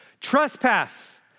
Trespass